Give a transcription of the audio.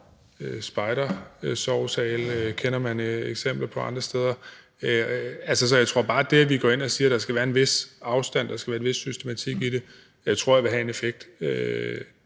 steder kender man eksempler som spejdersovesale. Så bare det, at vi går ind og siger, at der skal være en vis afstand, der skal være en vis systematik i det, tror jeg vil have en effekt.